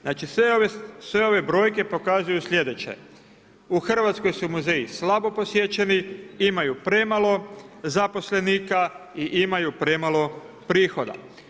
Znači sve ove brojke pokazuju sljedeće u Hrvatskoj su muzeji slabo posjećeni, imaju premalo zaposlenika i imaju premalo prihoda.